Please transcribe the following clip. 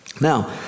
Now